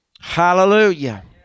Hallelujah